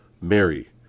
Mary